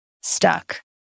stuck